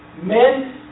Men